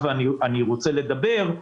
אני רוצה לדבר,